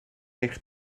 eich